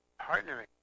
partnering